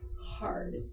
hard